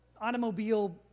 automobile